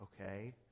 okay